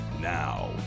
now